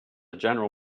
general